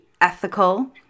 ethical